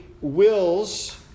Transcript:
wills